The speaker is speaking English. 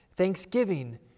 thanksgiving